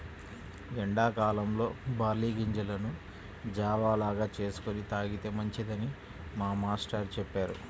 ఎండా కాలంలో బార్లీ గింజలను జావ లాగా చేసుకొని తాగితే మంచిదని మా మేష్టారు చెప్పారు